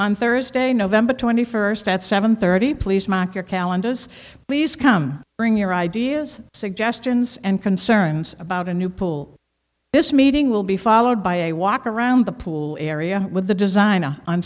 on thursday november twenty first at seven thirty please mark your calendars please come bring your ideas suggestions and concerns about a new pool this meeting will be followed by a walk around the pool area with the designer on